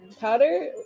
powder